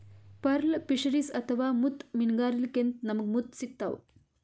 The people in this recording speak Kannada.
ಪರ್ಲ್ ಫಿಶರೀಸ್ ಅಥವಾ ಮುತ್ತ್ ಮೀನ್ಗಾರಿಕೆಲಿಂತ್ ನಮ್ಗ್ ಮುತ್ತ್ ಸಿಗ್ತಾವ್